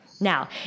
Now